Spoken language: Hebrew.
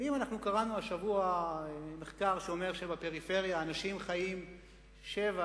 ואם אנחנו קראנו השבוע מחקר שאומר שבפריפריה אנשים חיים שבע,